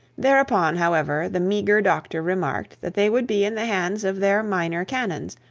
thereupon, however, the meagre doctor remarked that they would be in the hands of their minor canons,